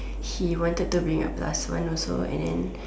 she wanted to bring a plus also and then